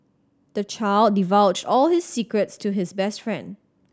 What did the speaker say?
the child divulged all his secrets to his best friend